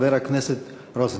חבר הכנסת רוזנטל.